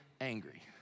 angry